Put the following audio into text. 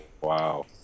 Wow